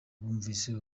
bumvise